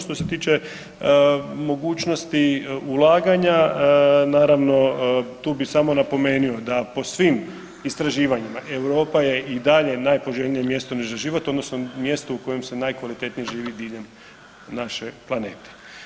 Što se tiče mogućnosti ulaganja naravno tu bi samo napomenuo da po svim istraživanjima Europa je i dalje najpoželjnije mjesto za život odnosno mjesto u kojem se najkvalitetnije živi diljem naše planete.